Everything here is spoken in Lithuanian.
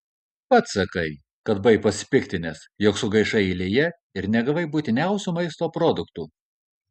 pats sakai kad buvai pasipiktinęs jog sugaišai eilėje ir negavai būtiniausių maisto produktų